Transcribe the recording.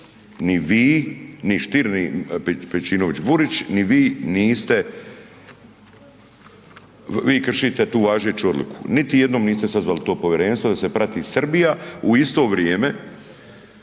ni vi, ni Stier, ni Pejčinović Burić, ni vi niste, vi kršite tu važeću odluku. Niti jednom niste sazvali to povjerenstvo da se prati Srbija. U isto vrijeme,